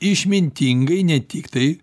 išmintingai ne tik tai